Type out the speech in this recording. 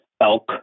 elk